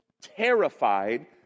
terrified